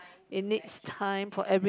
it needs time for every